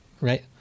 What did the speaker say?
right